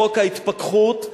חוק ההתפכחות,